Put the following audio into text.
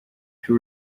who